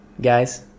guys